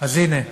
אז הנה,